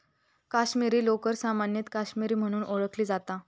काश्मीरी लोकर सामान्यतः काश्मीरी म्हणून ओळखली जाता